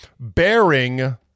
bearing